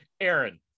Aaron